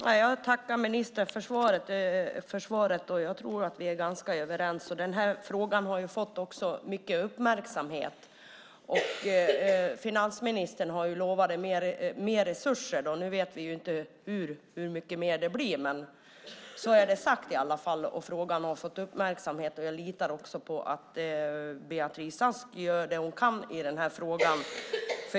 Herr talman! Jag tackar ministern för svaret. Jag tror att vi är ganska överens. Frågan har fått mycket uppmärksamhet. Finansministern har lovat mer resurser. Vi vet inte hur mycket mer det blir, men så är det i alla fall sagt. Jag litar också på att Beatrice Ask gör det hon kan i frågan.